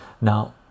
now